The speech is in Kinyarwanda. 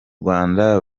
rwanda